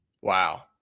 wow